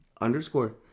underscore